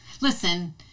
Listen